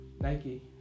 Nike